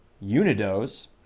Unidos